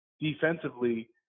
defensively